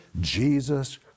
Jesus